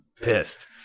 pissed